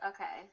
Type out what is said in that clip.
okay